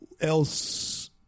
else